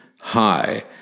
high